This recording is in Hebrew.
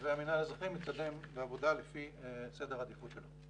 והמינהל האזרחי מתקדם בעבודה לפי סדר עדיפות שלו.